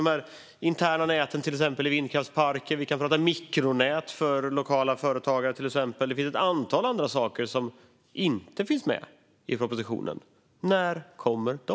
De interna näten i vindkraftsparker är ett exempel; vi kan också prata mikronät för lokala företagare. Det finns ett antal andra saker som inte finns med i propositionen. När kommer de?